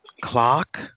Clock